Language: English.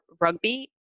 rugby